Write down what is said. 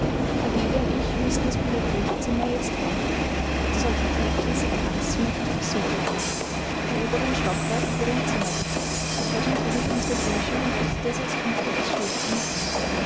und ich mußten das bibliothekzimmer jetzt räumen es sollte täglich als empfangszimmer für die besucher dienen im oberen stockwerk wurde ein zimmer geheizt dorthin trug ich unsere bücher und richtete es als künftiges schulzimmer ein